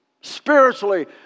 Spiritually